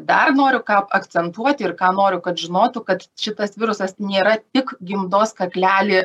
dar noriu ką akcentuot ir ką noriu kad žinotų kad šitas virusas nėra tik gimdos kaklelį